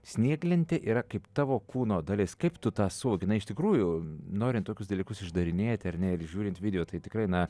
snieglentė yra kaip tavo kūno dalis kaip tu tą suvoki na iš tikrųjų norint tokius dalykus išdarinėti ar ne ir žiūrint video tai tikrai na